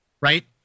right